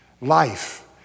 life